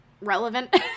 relevant